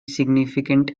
significant